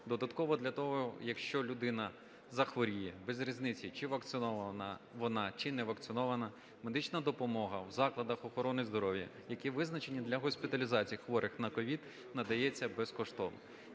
Додатково для того, якщо людина захворіє, без різниці, чи вакцинована вона, чи не вакцинована, медична допомога в закладах охорони здоров'я, які визначені для госпіталізації хворих на COVID надається безкоштовно.